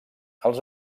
els